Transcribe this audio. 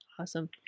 Awesome